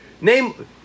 Name